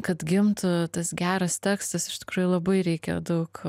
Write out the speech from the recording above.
kad gimtų tas geras tekstas iš tikrųjų labai reikia daug